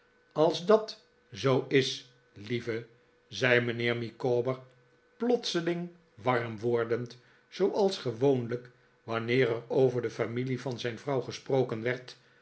als dat zoo is lieve zei mijnheer micawber plotseling warm wordend zooals gewoonlijk wanneer er over de familie van zijn vrouw gesproken werd